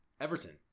Everton